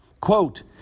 quote